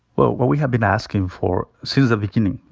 well, what we have been asking for since the beginning,